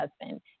husband